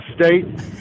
state